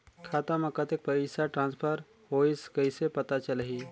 खाता म कतेक पइसा ट्रांसफर होईस कइसे पता चलही?